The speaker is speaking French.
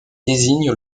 désigne